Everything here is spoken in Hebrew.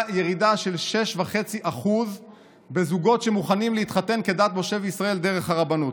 ירידה של 6.5% בזוגות שמוכנים להתחתן כדת משה וישראל דרך הרבנות.